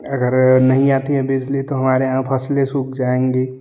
अगर नहीं आती है बिजली तो हमारे यहाँ फ़सलें सूख जाएँगी